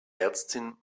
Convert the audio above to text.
ärztin